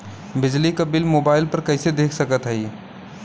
बिजली क bill mobile पर कईसे देख सकत हई?